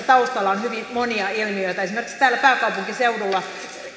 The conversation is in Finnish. taustalla on hyvin monia ilmiöitä esimerkiksi täällä pääkaupunkiseudulla